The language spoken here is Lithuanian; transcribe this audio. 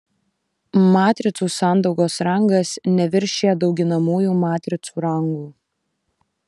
matricų sandaugos rangas neviršija dauginamųjų matricų rangų